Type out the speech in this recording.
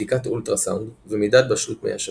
בדיקת אולטראסאונד ומידת בשלות מי השפיר.